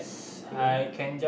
ya